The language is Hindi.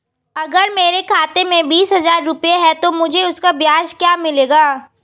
अगर मेरे खाते में बीस हज़ार रुपये हैं तो मुझे उसका ब्याज क्या मिलेगा?